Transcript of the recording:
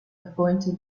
appointed